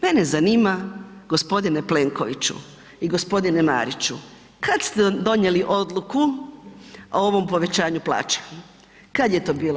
Mene zanima gospodine Plenkoviću i gospodine Mariću kad ste donijeli odluku o ovom povećanju plaća, kad je to bilo?